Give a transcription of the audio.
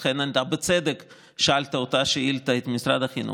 לכן, אתה בצדק שאלת אותה שאילתה את משרד החינוך.